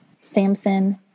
Samson